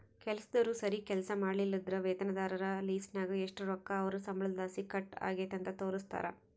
ಕೆಲಸ್ದೋರು ಸರೀಗ್ ಕೆಲ್ಸ ಮಾಡ್ಲಿಲ್ಲುದ್ರ ವೇತನದಾರರ ಲಿಸ್ಟ್ನಾಗ ಎಷು ರೊಕ್ಕ ಅವ್ರ್ ಸಂಬಳುದ್ಲಾಸಿ ಕಟ್ ಆಗೆತೆ ಅಂತ ತೋರಿಸ್ತಾರ